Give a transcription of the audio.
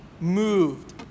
moved